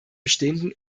bestehenden